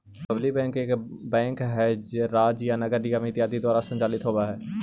public bank एक bank हइ जे राज्य या नगर निगम इत्यादि के द्वारा संचालित होवऽ हइ